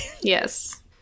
Yes